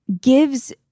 gives